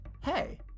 hey